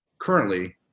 currently